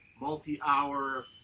multi-hour